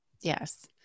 Yes